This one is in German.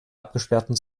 abgesperrten